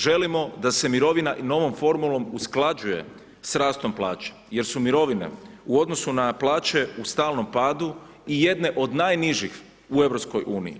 Želimo da se mirovina i novom formulom usklađuje s rastom plaća jer su mirovine u odnosu na plaće u stalnom padu i jedne od najnižih u EU.